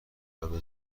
همه